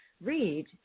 Read